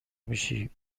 میشی